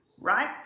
right